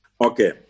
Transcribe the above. Okay